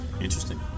Interesting